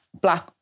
black